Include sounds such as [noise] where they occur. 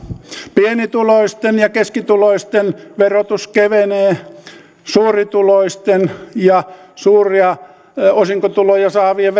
pienituloisten ja keskituloisten verotus kevenee suurituloisten ja suuria osinkotuloja saavien [unintelligible]